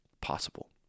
possible